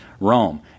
Rome